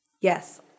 yes